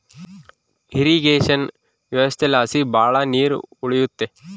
irrigation ವ್ಯವಸ್ಥೆಲಾಸಿ ಭಾಳ ನೀರ್ ಉಳಿಯುತ್ತೆ